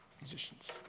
musicians